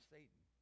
Satan